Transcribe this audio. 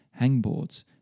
hangboards